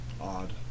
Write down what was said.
odd